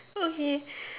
okay